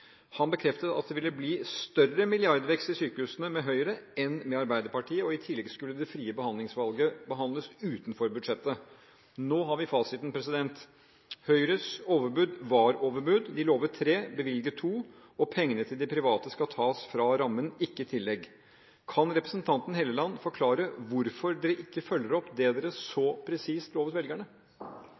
Han bekreftet at det ville bli større milliardvekst i sykehusene med Høyre enn med Arbeiderpartiet, og i tillegg skulle det frie behandlingsvalget behandles utenfor budsjettet. Nå har vi fasiten. Høyres overbud var et overbud. De lovte 3 mrd. kr, bevilget 2 mrd. kr, og pengene til de private skal tas fra rammen, ikke i tillegg. Kan representanten Helleland forklare hvorfor de ikke følger opp det de så presist lovte velgerne?